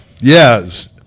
Yes